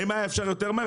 האם אפשר היה יותר מהר?